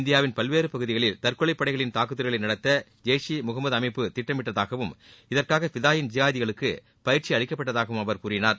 இந்தியாவின் பல்வேறு பகுதிகளில் தற்கொலை படைகளின் தாக்குதல்களை நடத்த ஜெய்ஷ் இ முகமது அமைப்பு திட்டமிட்டதாகவும் இதற்காக ஃபிதாயின் ஜிகாதிகளுக்கு பயிற்சி அளிக்கப்பட்டதாகவும் அவர் கூறினார்